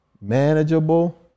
manageable